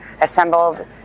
assembled